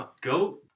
go